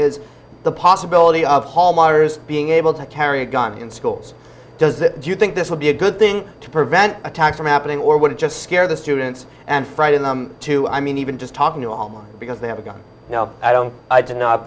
is the possibility of hall monitors being able to carry a gun in schools does that do you think this would be a good thing to prevent attacks from happening or would it just scare the students and frighten them too i mean even just talking to home because they have a gun now i don't i do not